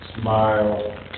Smile